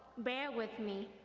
bare with me,